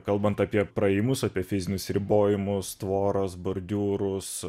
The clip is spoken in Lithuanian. kalbant apie praėjimus apie fizinius ribojimus tvoros bordiūrus